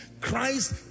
Christ